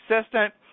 assistant